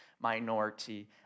minority